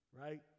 right